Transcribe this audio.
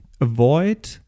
avoid